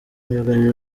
myugariro